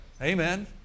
Amen